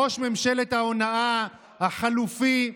ראש ממשלת ההונאה החלופי,